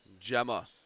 Gemma